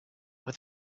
with